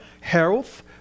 health